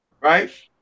right